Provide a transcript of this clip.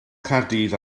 caerdydd